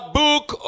book